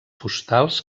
postals